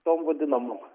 tom vadinamom